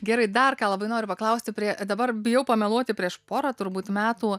gerai dar labai noriu paklausti prie dabar bijau pameluoti prieš porą turbūt metų